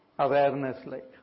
awareness-like